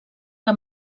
que